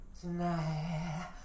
Tonight